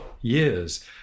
years